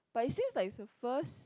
but it seems like it's her first